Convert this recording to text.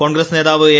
കോൺഗ്രസ് നേതാവ് എ